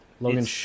Logan